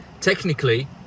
Technically